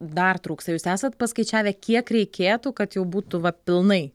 dar trūksta jūs esat paskaičiavę kiek reikėtų kad jau būtų va pilnai